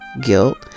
guilt